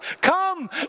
Come